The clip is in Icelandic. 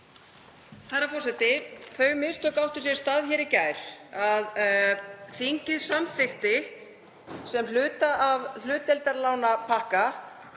Herra forseti. Þau mistök áttu sér stað í gær að þingið samþykkti sem hluta af hlutdeildarlánapakka